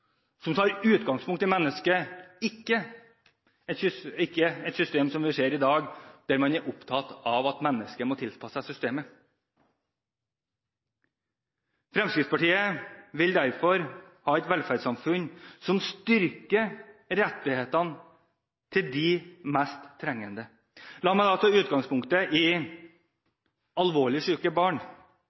som tar utgangspunkt i mennesket – ikke et system som det vi ser i dag, hvor man er opptatt av at mennesket må tilpasse seg systemet. Fremskrittspartiet vil derfor ha et velferdssamfunn som styrker rettighetene til de mest trengende. La meg ta utgangspunkt i alvorlig syke